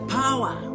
power